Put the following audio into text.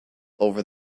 over